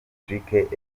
patrick